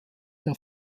der